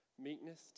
meekness